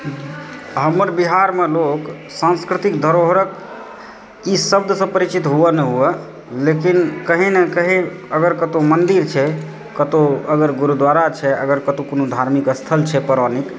हमर बिहारमे लोग सांस्कृतिक धरोहरक ई शब्दसँ परिचित हुवै नहि हुवै लेकिन कहीं ने कहीं अगर कतौ मन्दिर छै कतौ अगर गुरुद्वारा छै अगर कतौ कोनो धार्मिक स्थल छै पौराणिक